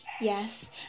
yes